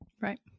Right